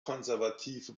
konservative